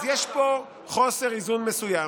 אז יש פה חוסר איזון מסוים.